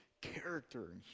character